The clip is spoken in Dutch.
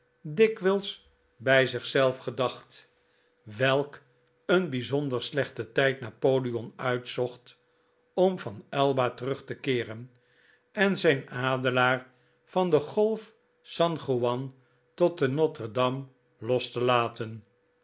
dikwijls bij zichzelf gedacht welk een bijzonder slechten tijd napoleon uitzocht om van elba terug te keeren en zijn adelaar van de golf san juan tot de notre dame los te laten